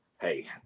hey